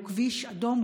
הוא כביש אדום,